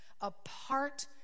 apart